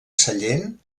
sallent